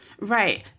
Right